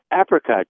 apricot